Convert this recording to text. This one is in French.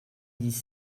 dix